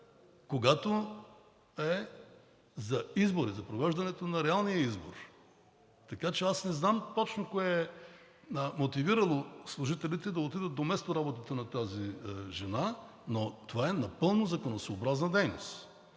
която е за провеждане на реалния избор. Така че аз не знам точно кое е мотивирало служителите да отидат до местоработата на тази жена, но това е напълно законосъобразна дейност.